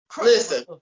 Listen